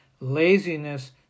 Laziness